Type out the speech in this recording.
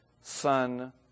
son